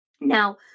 Now